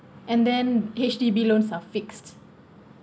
and then H_D_B loans are fixed